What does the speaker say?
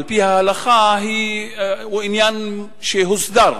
על-פי ההלכה הוא עניין שהוסדר,